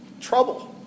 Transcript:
trouble